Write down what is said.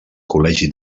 col·legi